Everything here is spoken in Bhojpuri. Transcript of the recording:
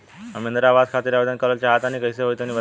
हम इंद्रा आवास खातिर आवेदन करल चाह तनि कइसे होई तनि बताई?